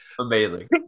amazing